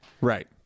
Right